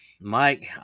Mike